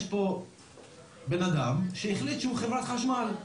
יש פה בן אדם שהחליט שהוא חברת חשמל,